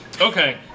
Okay